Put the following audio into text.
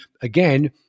again